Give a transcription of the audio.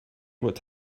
make